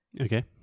Okay